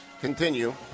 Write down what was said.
continue